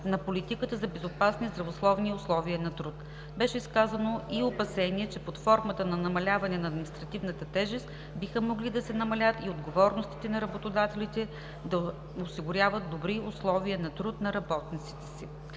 на политиката за безопасни и здравословни условия на труд. Беше изказано и опасение, че под формата на намаляване на административната тежест биха могли да се намалят и отговорностите на работодателите да осигуряват добри условия на труд на работниците си.